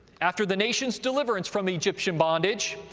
after the nation's deliverance from egyptian bondage,